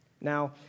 Now